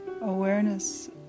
awareness